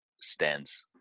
stands